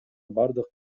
бардык